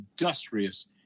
industrious